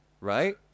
right